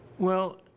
well,